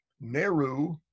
Nehru